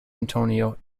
antonio